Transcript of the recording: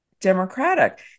Democratic